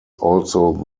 also